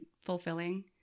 fulfilling